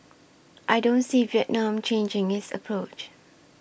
I don't see Vietnam changing its approach